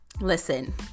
listen